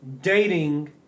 dating